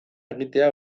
egitea